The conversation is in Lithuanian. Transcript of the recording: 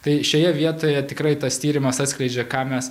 tai šioje vietoje tikrai tas tyrimas atskleidžia ką mes